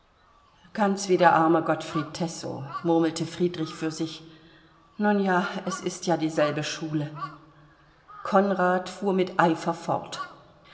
ganz wie der arme gottfried tessow murmelte friedrich für sich nun ja es ist ja dieselbe schule konrad fuhr mit eifer fort